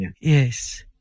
Yes